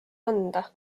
anda